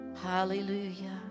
hallelujah